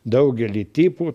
daugelį tipų